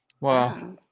wow